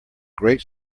great